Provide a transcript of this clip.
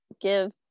give